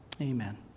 Amen